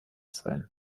sein